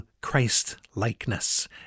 Christ-likeness